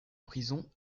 prison